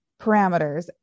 parameters